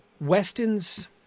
Weston's